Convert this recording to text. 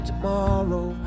tomorrow